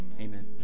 Amen